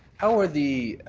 how are the